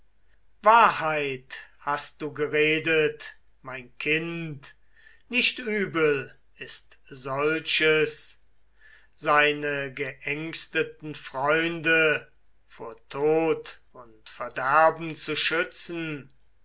wahrheit hast du geredet mein kind nicht übel ist solches seine geängsteten freunde vor tod und verderben zu schützen